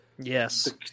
yes